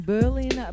Berlin